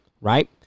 right